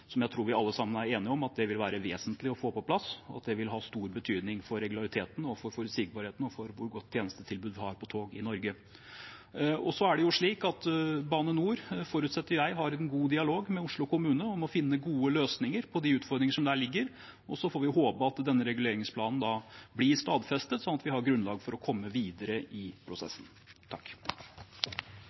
som jeg tror vi alle sammen er enige om at vil være vesentlig å få på plass, og at det vil ha stor betydning for regulariteten, for forutsigbarheten og for hvor godt tjenestetilbud vi har på tog i Norge. Jeg forutsetter at Bane NOR har en god dialog med Oslo kommune om å finne gode løsninger på de utfordringene som ligger der. Så får vi håpe at denne reguleringsplanen blir stadfestet, slik at vi har grunnlag for å komme videre i prosessen. Takk